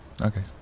Okay